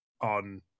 on